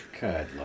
Good